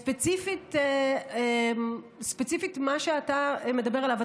ספציפית מה שאתה מדבר עליו,